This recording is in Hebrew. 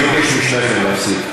אני מבקש משניכם להפסיק.